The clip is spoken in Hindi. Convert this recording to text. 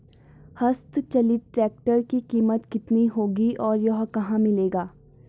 हस्त चलित ट्रैक्टर की कीमत कितनी होगी और यह कहाँ मिलेगा?